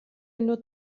nur